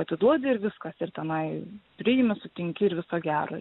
atiduodi ir viskas ir tenai priimi sutinki ir viso gero